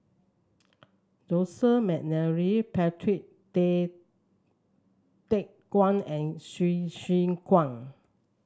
Joseph McNally Patrick Tay Teck Guan and Hsu Tse Kwang